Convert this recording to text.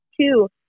two